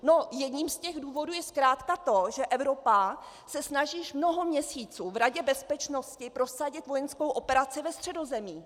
No jedním z těch důvodů je zkrátka to, že Evropa se snaží již mnoho měsíců v Radě bezpečnosti prosadit vojenskou operaci ve Středozemí.